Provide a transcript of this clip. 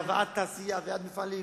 בהבאת תעשייה והבאת מפעלים.